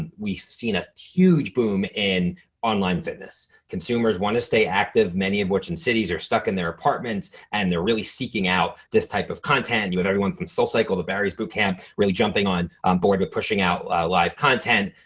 we've seen a huge boom in online fitness. consumers wanna stay active, many of which in cities are stuck in their apartments and they're really seeking out this type of content. you have everyone from soulcycle, the barry's bootcamp really jumping on board with pushing out live content.